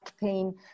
pain